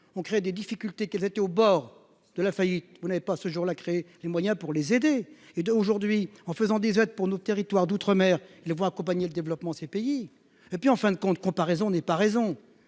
on crée des difficultés qu'elle était au bord de la faillite, vous n'avez pas ce jour là, crée les moyens pour les aider et de aujourd'hui en faisant des autres pour nos territoires d'outre- mer, il voit accompagner le développement ces pays et puis en fin de compte, comparaison n'est pas raison